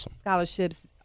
scholarships